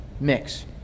mix